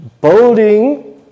building